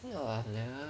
ya